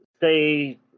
say